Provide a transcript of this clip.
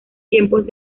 tiempos